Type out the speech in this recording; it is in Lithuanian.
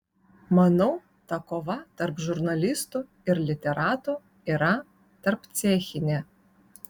manau ta kova tarp žurnalistų ir literatų yra tarpcechinė